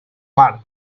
mar